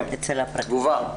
אצל --- תגובה.